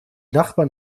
nachbarn